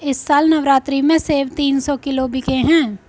इस साल नवरात्रि में सेब तीन सौ किलो बिके हैं